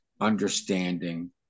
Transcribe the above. understanding